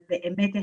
אבל באמת,